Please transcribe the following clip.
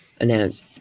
announce